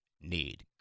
need